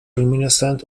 reminiscent